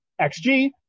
XG